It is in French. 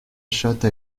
chatte